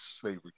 slavery